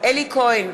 אלי כהן,